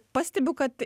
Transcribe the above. pastebiu kad